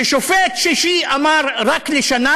ששופט שישי אמר: רק לשנה,